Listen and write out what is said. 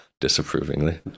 disapprovingly